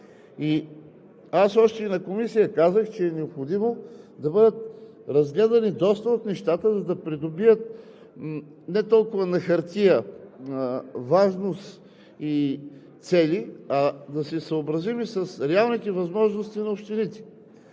И в Комисията казах, че е необходимо да бъдат разгледани доста от нещата, за да придобият не толкова на хартия важност и цели, а да се съобразим с реалните възможности на общините.